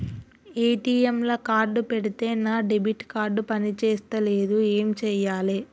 ATM లా card పెడితే నా డెబిట్ కార్డ్ పని చేస్తలేదు ఏం చేయాలే?